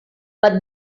but